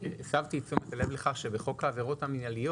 הסבתי את תשומת הלב לכך שבחוק העבירות המינהליות,